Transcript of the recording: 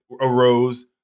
arose